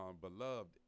beloved